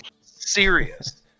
Serious